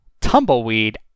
Tumbleweed